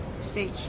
stage